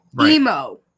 emo